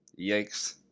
yikes